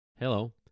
Hello